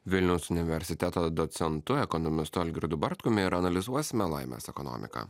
vilniaus universiteto docentu ekonomistu algirdu bartkumi ir analizuosime laimės ekonomiką